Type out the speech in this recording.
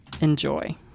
Enjoy